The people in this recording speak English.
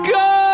go